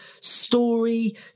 story